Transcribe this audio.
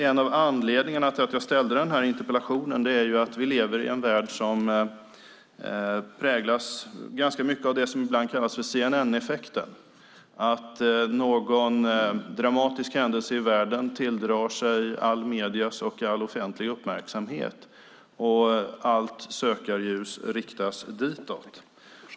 En av anledningarna till att jag framställde den här interpellationen är att vi lever i en värld som präglas av det som ibland kallas CNN-effekten - att någon dramatisk händelse tilldrar sig alla mediers och all offentlig uppmärksamhet och att allt sökarljus riktas ditåt.